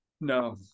No